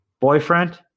boyfriend